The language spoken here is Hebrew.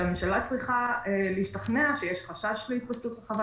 שהממשלה צריכה להשתכנע שיש חשש להתפרצות רחבת